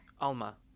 alma